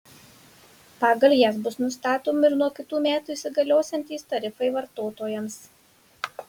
pagal jas bus nustatomi ir nuo kitų metų įsigaliosiantys tarifai vartotojams